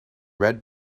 red